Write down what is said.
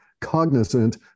cognizant